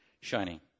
shining